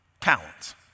talents